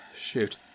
Shoot